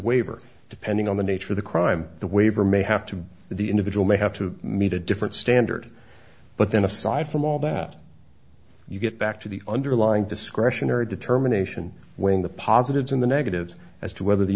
waiver depending on the nature of the crime the waiver may have to the individual may have to meet a different standard but then aside from all that you get back to the underlying discretionary determination when the positives in the negatives as to whether the